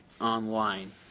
online